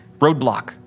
roadblock